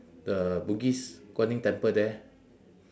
the bugis guan yin temple there